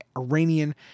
Iranian